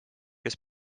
kes